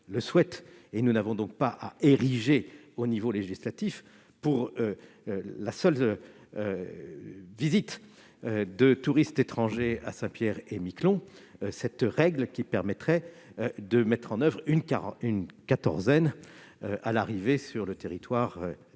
Nous n'avons pas à ériger au niveau législatif, pour la seule visite de touristes étrangers à Saint-Pierre-et-Miquelon, cette règle qui permettrait de mettre en oeuvre une quatorzaine à l'arrivée sur le territoire de cette